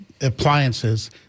appliances